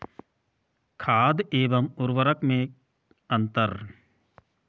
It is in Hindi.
खाद एवं उर्वरक में अंतर?